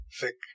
thick